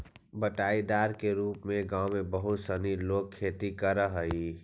बँटाईदार के रूप में गाँव में बहुत सनी लोग खेती करऽ हइ